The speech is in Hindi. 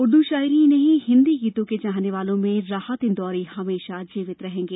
उर्दू शायरी ही नहीं हिंदी गीतों के चाहने वालों में राहत इंदौरी हमेशा जीवित रहेंगे